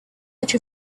edge